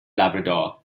labrador